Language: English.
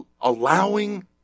allowing